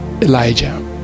elijah